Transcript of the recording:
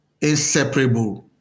inseparable